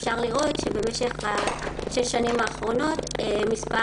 אפשר לראות שבשש השנים האחרונות מספר